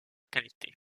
qualité